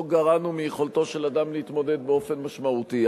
גרענו מיכולתו של אדם להתמודד באופן משמעותי.